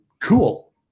cool